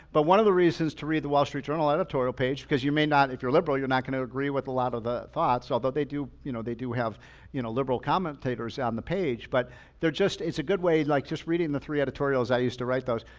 but one of the reasons to read the wall street journal editorial page, cause you may not, if you're liberal, you're not going to agree with a lot of the thoughts. although they do you know they do have you know liberal commentators on the page, but they're just, it's a good way like just reading the three editorials, i used to write those.